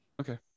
okay